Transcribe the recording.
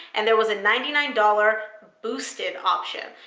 and there was a ninety nine dollars boosted option.